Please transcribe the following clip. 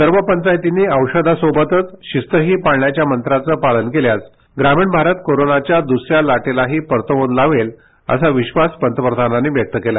सर्व पंचायतींनी औषधासोबतच शिस्तही पाळण्याचं मंत्राचं पालन केल्यास ग्रमीण भास्त कोरोनाच्या दुसऱ्या लाटेताही परतपून लावेल असा विधास पंतप्रधानांनी व्यक्त केला